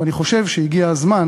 ואני חושב שהגיע הזמן